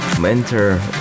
mentor